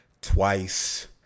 twice